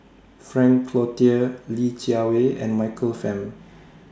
Frank Cloutier Li Jiawei and Michael Fam